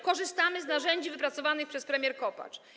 Korzystamy z narzędzi wypracowanych przez premier Kopacz.